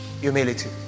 humility